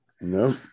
No